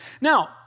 Now